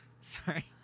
sorry